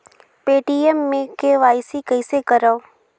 Paytm मे KYC कइसे करव?